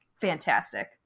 fantastic